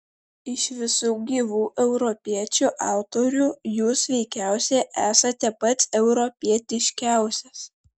iš visų gyvų europiečių autorių jūs veikiausiai esate pats europietiškiausias